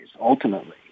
ultimately